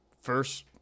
first